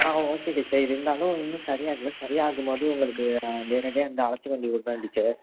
ஆ okay teacher இருந்தாலும் இன்னும் சரியாகலை சரியாகும்போது உங்களுக்கு நான் நேரடியாக வந்து அழைச்சி கொண்டு விடறேன் டீச்சர்